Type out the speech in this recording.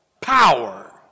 power